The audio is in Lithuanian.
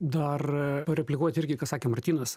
dar replikuoti irgi kas sakė martynas